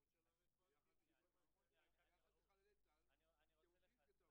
ביחס לחללי צה"ל, אתם מודים שזו טעות.